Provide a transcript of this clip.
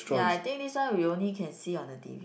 ya I think this one we can only see on the T_V